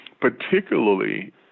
particularly